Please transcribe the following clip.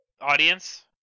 audience